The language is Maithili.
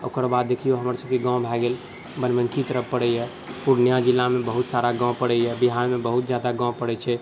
ओकर बाद देखिऔ हमर सबके गाँव भऽ गेल बनमनखी तरफ पड़ैए पूर्णिया जिलामे बहुत सारा गाँव पड़ैए बिहारमे बहुत ज्यादा गाँव पड़ै छै